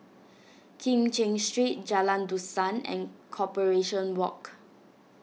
Kim Cheng Street Jalan Dusan and Corporation Walk